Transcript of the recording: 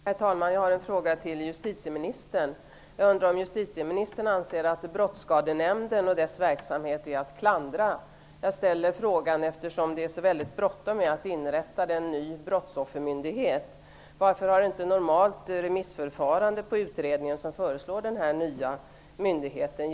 Herr talman! Jag undrar om justitieministern anser att Brottsskadenämnden och dess verksamhet är att klandra. Jag ställer frågan eftersom det är så väldigt bråttom att inrätta en ny brottsoffermyndighet. Varför har inte normalt remissförfarande genomförts när det gäller den utredning som föreslår den nya myndigheten?